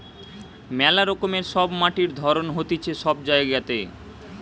মেলা রকমের সব মাটির ধরণ হতিছে সব জায়গাতে